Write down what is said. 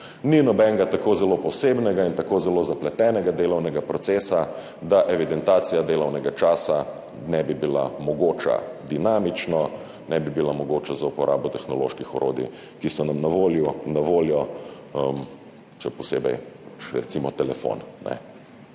Ni nobenega tako zelo posebnega in tako zelo zapletenega delovnega procesa, da evidentacija delovnega časa ne bi bila mogoča dinamično, da ne bi bila mogoča z uporabo tehnoloških orodij, ki so nam na voljo, še posebej recimo telefon.